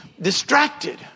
distracted